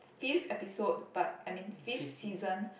fifth episode but I mean fifth season